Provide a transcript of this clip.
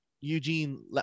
Eugene